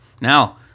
Now